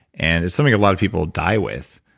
and it's something a lot of people die with